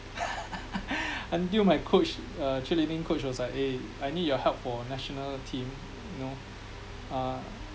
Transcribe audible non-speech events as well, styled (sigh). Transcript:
(laughs) until my coach uh cheerleading coach was like eh I need your help for national team you know uh